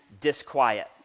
disquiet